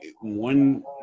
one